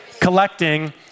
collecting